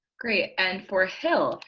great and for hill,